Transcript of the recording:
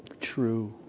true